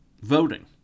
voting